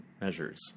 measures